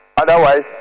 Otherwise